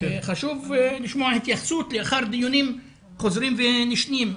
חשוב לשמוע התייחסות לאחר דיונים חוזרים ונשנים.